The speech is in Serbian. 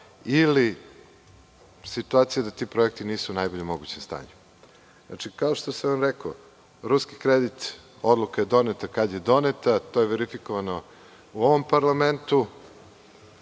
ili situacija da ti projekti nisu u najboljem mogućem stanju. Kao što sam rekao, ruski kredit, odluka je doneta kada je doneta. To je verifikovano u ovom parlamentu.